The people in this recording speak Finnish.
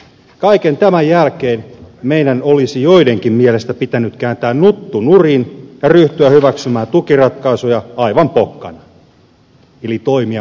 kaiken tämän jälkeen meidän olisi joidenkin mielestä pitänyt kääntää nuttu nurin ja ryhtyä hyväksymään tukiratkaisuja aivan pokkana eli toimia maassa maan tavalla